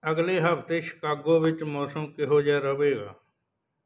ਅਗਲੇ ਹਫ਼ਤੇ ਸ਼ਿਕਾਗੋ ਵਿੱਚ ਮੌਸਮ ਕਿਹੋ ਜਿਹਾ ਰਹੇਗਾ